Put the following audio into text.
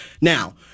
now